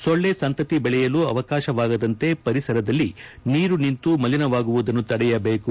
ಸೊಳ್ಳೆ ಸಂತತಿ ಬೆಳೆಯಲು ಅವಕಾಶವಾಗದಂತೆ ಪರಿಸರದಲ್ಲಿ ನೀರು ನಿಂತು ಮಲಿನವಾಗುವುದನ್ನು ತಡೆಯಬೇಕು